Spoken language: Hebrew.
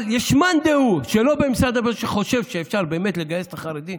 אבל יש מאן דהו שלא במשרד שחושב שאפשר באמת לגייס את החרדים